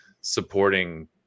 supporting